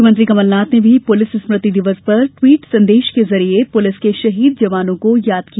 मुख्यमंत्री कमलनाथ ने भी पुलिस स्मृति दिवस पर द्वीट संदेश के जरिए पुलिस के शहीद जवानों को नमन किया